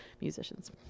musicians